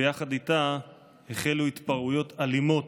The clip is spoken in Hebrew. ויחד איתה החלו התפרעויות אלימות,